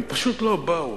הם פשוט לא באו.